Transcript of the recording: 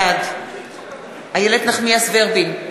בעד איילת נחמיאס ורבין,